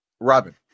Robin